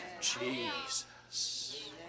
Jesus